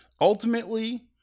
Ultimately